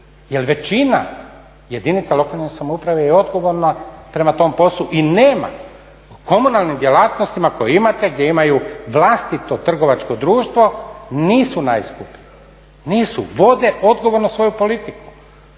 jer većina jedinica lokalne samouprave je odgovorna prema tom poslu i nema, komunalnim djelatnostima koje imate gdje imaju vlastito trgovačko društvo nisu najskuplji. Nisu, vode odgovorno svoju politiku.